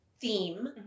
theme